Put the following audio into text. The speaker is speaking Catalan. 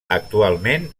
actualment